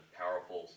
powerful